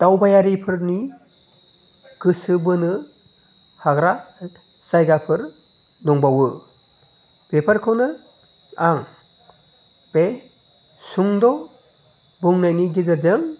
दावबायारिफोरनि गोसो बोनो हाग्रा जायगाफोर दंबावो बेफोरखौनो आं बे सुंद' बुंनायनि गेजेरजों